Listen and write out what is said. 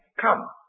Come